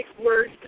words